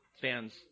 fans